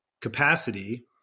capacity